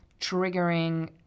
triggering